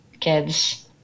kids